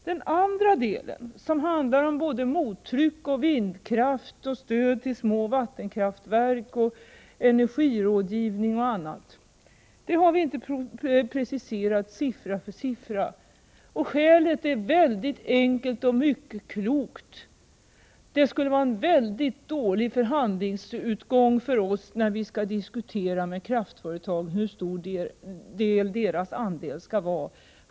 Den andra delen, som handlar om både mottryck, vindkraft, stöd till små vattenkraftverk, energirådgivning och annat, har vi inte preciserat siffra för siffra, och skälet är enkelt och mycket klokt: det skulle vara en dålig utgångspunkt för oss när vi skall diskutera med kraftföretagen om hur stor del deras andel skall vara.